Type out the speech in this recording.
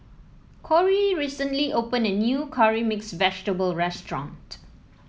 Corey recently opened a new Curry Mixed Vegetable restaurant